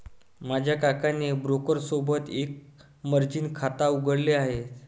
माझ्या काकाने ब्रोकर सोबत एक मर्जीन खाता उघडले आहे